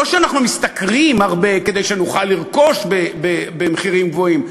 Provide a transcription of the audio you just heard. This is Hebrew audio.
זה לא שאנחנו משתכרים הרבה כדי שנוכל לרכוש במחירים גבוהים.